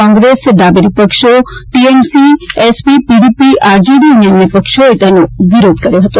કોંગ્રેસ ડાબેરી પક્ષો ટીએમસી એસપી પીડીપી આરજેડી અને અન્ય પક્ષોએ તેનો વિરોધ કર્યો હતો